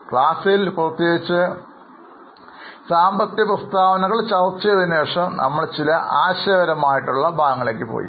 ക്ലാസിൽ പ്രത്യേകിച്ചും സാമ്പത്തിക പ്രസ്താവനകൾ ചർച്ച ചെയ്തതിനുശേഷം നമ്മൾ ചില ആശയപരമായ ഭാഗങ്ങളിലേയ്ക്ക് പോയി